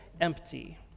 empty